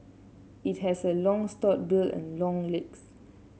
it has a long stout bill and long legs